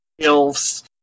elves